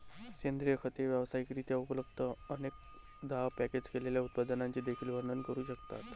सेंद्रिय खते व्यावसायिक रित्या उपलब्ध, अनेकदा पॅकेज केलेल्या उत्पादनांचे देखील वर्णन करू शकतात